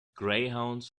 greyhounds